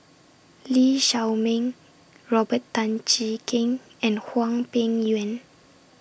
Lee Shao Meng Robert Tan Jee Keng and Hwang Peng Yuan